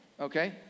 okay